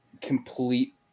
complete